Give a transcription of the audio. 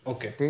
Okay